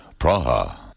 Praha